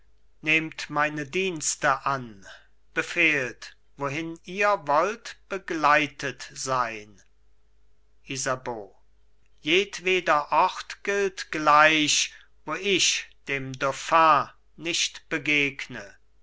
nehmt meine dienste an befehlt wohin ihr wollt begleitet sein isabeau jedweder ort gilt gleich wo ich dem dauphin nicht begegne